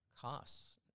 costs